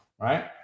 right